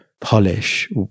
polish